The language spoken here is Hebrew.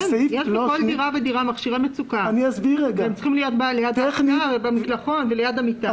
יש בכל דירה מכשירי מצוקה והם צריכים להיות במקלחון וליד המיטה.